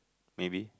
maybe